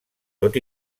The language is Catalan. tot